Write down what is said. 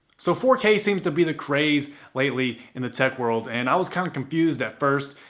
so four k seems to be the craze lately in the tech world. and i was kind of confused at first,